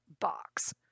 box